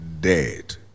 dead